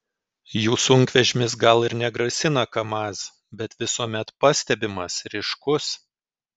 jų sunkvežimis gal ir negrasina kamaz bet visuomet pastebimas ryškus